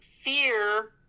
fear